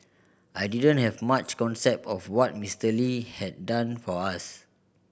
I didn't have much concept of what Mister Lee had done for us